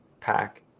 pack